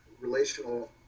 relational